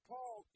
Paul